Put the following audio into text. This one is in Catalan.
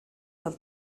del